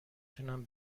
تونن